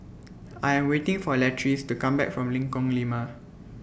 I Am waiting For Latrice to Come Back from Lengkong Lima